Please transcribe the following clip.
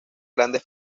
grandes